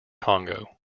congo